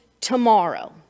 tomorrow